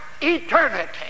eternity